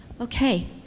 Okay